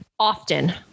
Often